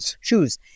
Shoes